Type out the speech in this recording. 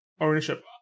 ownership